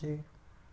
जी